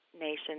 Nation